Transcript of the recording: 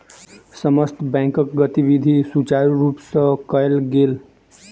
समस्त बैंकक गतिविधि सुचारु रूप सँ कयल गेल